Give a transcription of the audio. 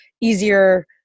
easier